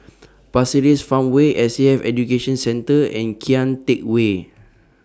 Pasir Ris Farmway S A F Education Centre and Kian Teck Way